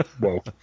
Whoa